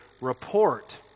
report